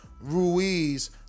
ruiz